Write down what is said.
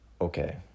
Okay